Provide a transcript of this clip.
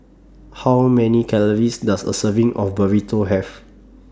How Many Calories Does A Serving of Burrito Have